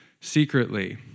secretly